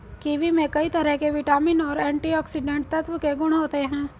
kiwi में कई तरह के विटामिन और एंटीऑक्सीडेंट तत्व के गुण होते है